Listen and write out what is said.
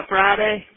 Friday